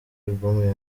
album